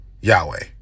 Yahweh